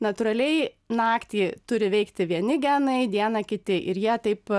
natūraliai naktį turi veikti vieni genai dieną kiti ir jie taip